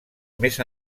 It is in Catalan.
més